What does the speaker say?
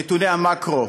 נתוני המקרו